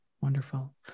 wonderful